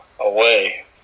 away